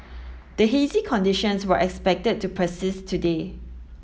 the hazy conditions were expected to persist today